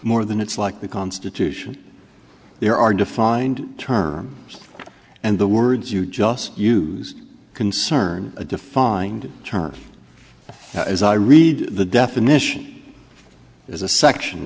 more than it's like the constitution there are defined terms and the words you just use concern a defined term as i read the definition there's a section